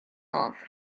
off